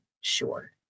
sure